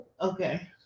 Okay